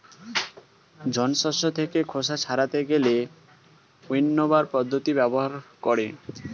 জন শস্য থেকে খোসা ছাড়াতে গেলে উইন্নবার পদ্ধতি ব্যবহার করে